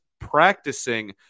practicing